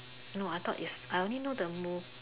no I thought is I only know the mo